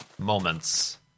moments